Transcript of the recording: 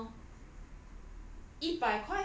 I only paid around